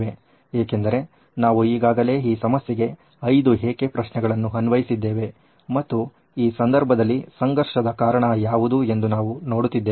ಏಕೆಂದರೆ ನಾವು ಈಗಾಗಲೇ ಈ ಸಮಸ್ಯೆಗೆ 5 ಏಕೆ ಪ್ರಶ್ನೆಗಳನ್ನು ಅನ್ವಯಿಸಿದ್ದೇವೆ ಮತ್ತು ಈ ಸಂದರ್ಭದಲ್ಲಿ ಸಂಘರ್ಷದ ಕಾರಣ ಯಾವುದು ಎಂದು ನಾವು ನೋಡುತ್ತಿದ್ದೇವೆ